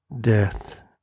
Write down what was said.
death